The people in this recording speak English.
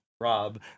Rob